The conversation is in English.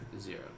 Zero